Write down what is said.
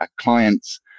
clients